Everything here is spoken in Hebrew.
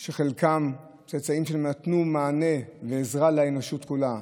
של צאצאים שחלקם נתנו מענה ועזרה לאנושות כולה.